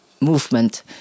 movement